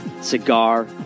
Cigar